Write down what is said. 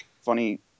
funny